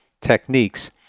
techniques